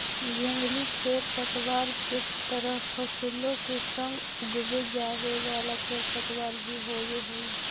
जंगली खेरपतवार के तरह फसलों के संग उगवे जावे वाला खेरपतवार भी होवे हई